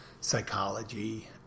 psychology